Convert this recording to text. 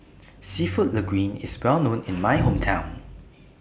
Seafood Linguine IS Well known in My Hometown